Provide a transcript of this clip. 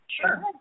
Sure